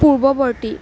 পূৰ্ৱৱৰ্তী